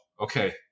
okay